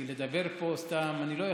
כי לדבר פה סתם אני לא יכול,